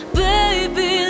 baby